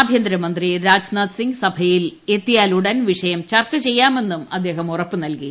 ആഭ്യന്തരമന്ത്രി രാജ്നാഥ് സിംഗ് സഭയിൽ എത്തിയാലുടൻ വിഷയം ചർച്ച ചെയ്യാമെന്നും അദ്ദേഹം ഉറപ്പുനൽകി